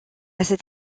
cet